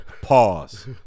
Pause